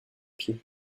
pieds